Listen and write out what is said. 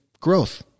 growth